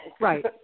Right